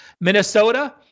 Minnesota